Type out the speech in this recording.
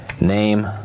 name